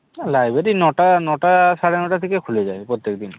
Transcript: না লাইব্রেরি নটা নটা সাড়ে নটা থেকে খুলে যায় প্রত্যেকদিন